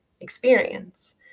experience